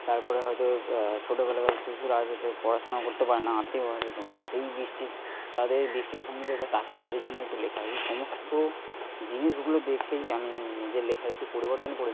তারপরে হয়তো ছোটবেলাকার শিশুরা যাতে পড়াশোনা করতে পারে না আর্থিক অভাবের জন্য সেই দিস্টি তাদের দৃষ্টিভঙ্গিগুলো তাদের জন্য একটু লেখা এই সমস্ত জিনিসগুলো দেখেই আমি নিজের লেখার একটু পরিবর্তন করেছি